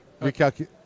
Recalculate